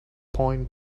point